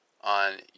on